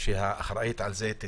אני